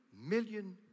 million